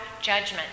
judgment